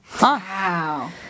Wow